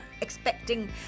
expecting